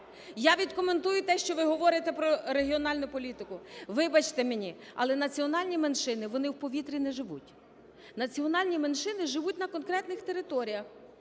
Я відкоментую те, що ви говорите про регіональну політику. Вибачте мені, але національні меншини, вони в повітрі не живуть, національні меншини живуть на конкретних територіях,